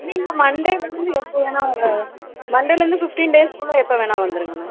நீங்கள் மண்டேலேருந்து எப்போ வேணால் மண்டேலேருந்து ஃபிஃப்டின் டேஸ்குள்ளே எப்போ வேணால் வந்துருங்க மேம்